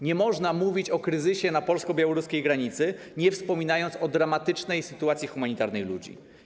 Nie można mówić o kryzysie na polsko-białoruskiej granicy, nie wspominając o dramatycznej sytuacji humanitarnej ludzi.